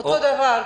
אותו הדבר.